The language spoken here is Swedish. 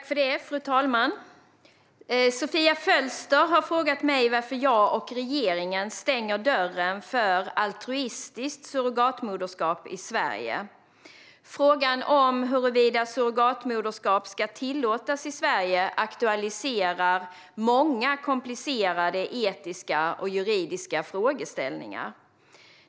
Fru talman! Sofia Fölster har frågat mig varför jag och regeringen stänger dörren för altruistiskt surrogatmoderskap i Sverige. Frågan om huruvida surrogatmoderskap ska tillåtas i Sverige aktualiserar många komplicerade etiska och juridiska frågeställningar.